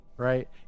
Right